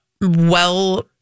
well-